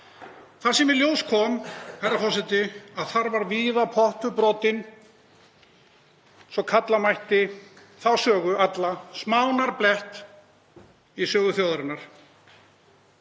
þar sem í ljós kom, herra forseti, að víða var pottur brotinn svo kalla mætti þá sögu alla smánarblett í sögu þjóðarinnar.